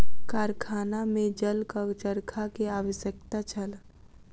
कारखाना में जलक चरखा के आवश्यकता छल